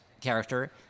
character